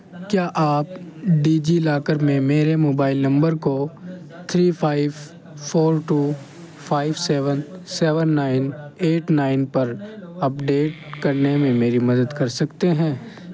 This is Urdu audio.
کیا آپ ڈیجی لاکر میں میرے موبائل نمبر کو three five four two five seven seven nine eight nine پر اپڈیٹ کرنے میں میری مدد کر سکتے ہیں